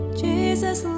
jesus